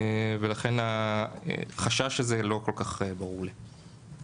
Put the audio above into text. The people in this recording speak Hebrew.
לכן החשש הזה לא כל כך ברור לי.